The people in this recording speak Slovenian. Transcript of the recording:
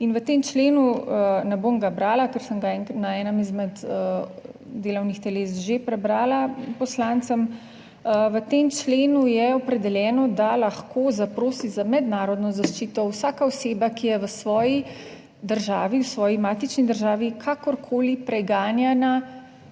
In v tem členu, ne bom ga brala, ker sem ga na enem izmed delovnih teles že prebrala poslancem, v tem členu je opredeljeno, da lahko zaprosi za mednarodno zaščito vsaka oseba, ki je v svoji državi, v svoji matični državi 61. TRAK: